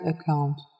account